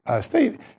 state